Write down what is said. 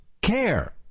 care